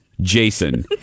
jason